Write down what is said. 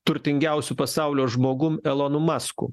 turtingiausiu pasaulio žmogum elonu masku